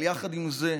אבל יחד עם זה,